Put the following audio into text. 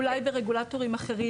אולי ברגולטורים אחרים.